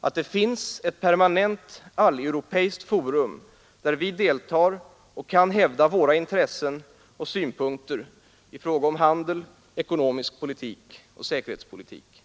att det finns ett permanent alleuropeiskt forum där vi deltar och kan hävda våra intressen och synpunkter i fråga om handel, ekonomisk politik och säkerhetspolitik.